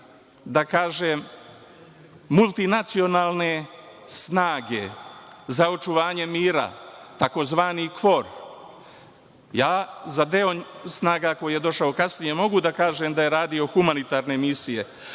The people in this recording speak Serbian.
da kažem, multinacionalne snage za očuvanje mira, tzv. KFOR. Ja za deo snaga koji je došao kasnije mogu da kažem da je radio humanitarne misije,